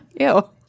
Ew